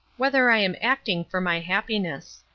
whether i am acting for my happiness.